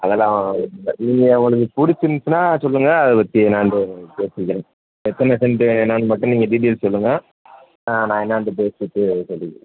அதெல்லாம் இல்லை நீங்கள் உங்களுக்குப் பிடிச்சிருந்ச்சின்னா சொல்லுங்கள் அதைப் பற்றி என்னென்ட்டு பேசிக்கிறேன் எத்தனை செண்ட்டு என்னென்னு மட்டும் நீங்கள் டீட்டெயில்ஸ் சொல்லுங்கள் ஆ நான் என்னென்ட்டு பேசிட்டு சொல்லிக்கிறேன்